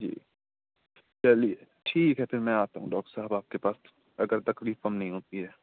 جی چلیے ٹھیک ہے پھر میں آتا ہوں ڈاکٹر صاحب آپ کے پاس اگر تکلیف کم نہیں ہوتی ہے